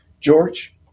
George